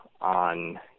on